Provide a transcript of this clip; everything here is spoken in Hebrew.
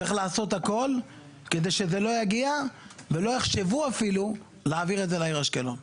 צריך לעשות הכול כדי שזה לא יגיע ושלא יחשבו אפילו להעביר לעיר אשקלון.